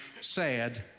sad